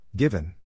Given